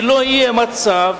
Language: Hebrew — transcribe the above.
שלא יהיה מצב,